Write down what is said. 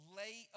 lay